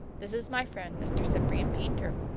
this is my friend, mr. cyprian paynter.